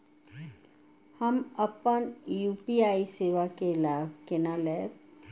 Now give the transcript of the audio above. हम अपन यू.पी.आई सेवा के लाभ केना लैब?